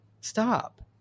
Stop